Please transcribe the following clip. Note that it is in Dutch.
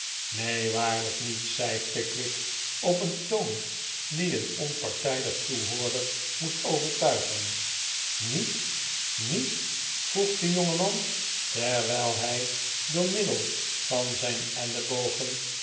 neen waarlijk niet zei pickwick op een toon die eqn onpartijdig toehoorder moest overtuigen niet niet vroeg de jongeman terwijl hij door middel van zijn ellebogen